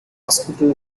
hospital